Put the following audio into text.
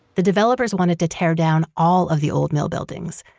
the developers wanted to tear down all of the old mill buildings,